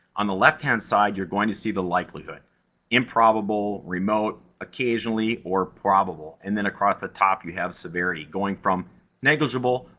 on the left hand side, you're going to see the likelihood improbable, remote, occasionally or probable. and then, across the top you have severity, going from negligible,